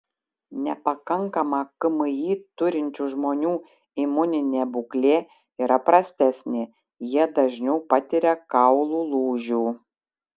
nepakankamą kmi turinčių žmonių imuninė būklė yra prastesnė jie dažniau patiria kaulų lūžių